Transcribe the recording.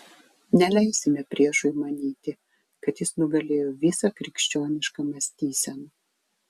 neleisime priešui manyti kad jis nugalėjo visą krikščionišką mąstyseną